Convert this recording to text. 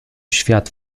świat